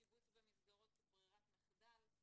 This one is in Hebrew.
שיבוץ במסגרות כברירת מחדל,